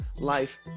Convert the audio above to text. life